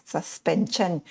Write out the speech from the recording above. Suspension